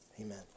Amen